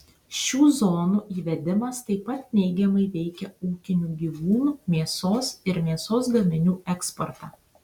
šių zonų įvedimas taip pat neigiamai veikia ūkinių gyvūnų mėsos ir mėsos gaminių eksportą